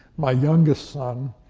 my youngest son